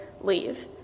leave